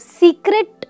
secret